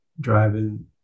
driving